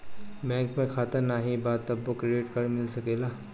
Bank में खाता नाही बा तबो क्रेडिट कार्ड मिल सकेला?